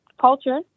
culture